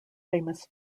famous